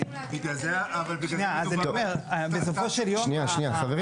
מצד אחד, יש לנו את השיקול של אמון הצרכנים וההגנה